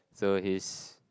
so his